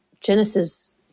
Genesis